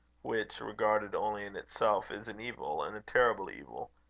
which, regarded only in itself, is an evil, and a terrible evil.